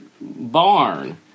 barn